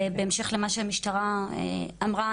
בהמשך למה שהמשטרה אמרה,